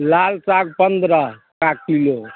लाल साग पंद्रह का किलो